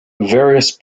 various